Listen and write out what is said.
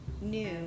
new